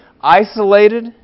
isolated